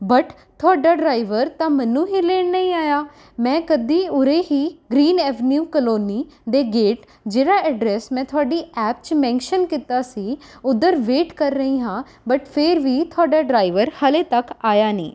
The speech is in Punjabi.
ਬੱਟ ਤੁਹਾਡਾ ਡਰਾਈਵਰ ਤਾਂ ਮੈਨੂੰ ਹੀ ਲੈਣ ਨਹੀਂ ਆਇਆ ਮੈਂ ਕਦੀ ਉਰੇ ਹੀ ਗਰੀਨ ਐਵਨਿਊ ਕਲੋਨੀ ਦੇ ਗੇਟ ਜਿਹੜਾ ਐਡਰੈੱਸ ਮੈਂ ਤੁਹਾਡੀ ਐਪ 'ਚ ਮੈਂਸ਼ਨ ਕੀਤਾ ਸੀ ਉੱਧਰ ਵੇਟ ਕਰ ਰਹੀ ਹਾਂ ਬੱਟ ਫੇਰ ਵੀ ਤੁਹਾਡਾ ਡਰਾਈਵਰ ਹਾਲੇ ਤੱਕ ਆਇਆ ਨਹੀਂ